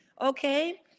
okay